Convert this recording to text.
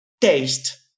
taste